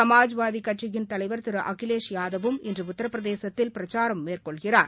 சமாஜ்வாதி கட்சியின் தலைவர் திரு அகிலேஷ் யாதவும் இன்று உத்தரப் பிரதேசத்தில் பிரச்சாரம் மேற்கொள்கிறார்